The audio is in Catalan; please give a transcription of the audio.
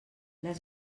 les